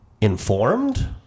informed